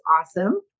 awesome